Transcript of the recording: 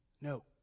No